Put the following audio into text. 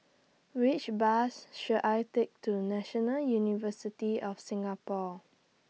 Which Bus should I Take to National University of Singapore